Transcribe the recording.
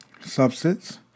subsets